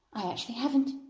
i actually haven't.